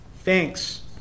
Thanks